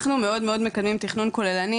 אנחנו מאוד מאוד מקדמים תכנון כוללני,